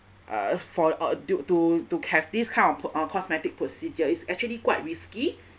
uh for uh due to to have this kind of pro~ uh cosmetic procedure is actually quite risky